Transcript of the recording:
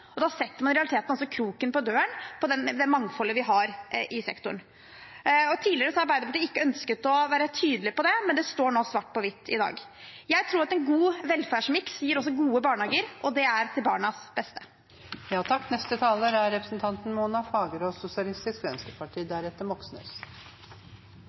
og da setter man i realiteten kroken på døren for det mangfoldet vi har i sektoren. Tidligere har Arbeiderpartiet ikke ønsket å være tydelig på det, men det står nå svart på hvitt i dag. Jeg tror en god velferdsmiks også gir gode barnehager – og det er til barnas beste. Vi i SV mener at offentlige penger og foreldrebetaling skal gå til dem de er